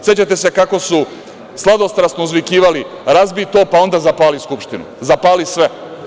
Sećate se kako su sladostrasno uzvikivali – razbi to, pa onda zapali Skupštinu, zapali sve.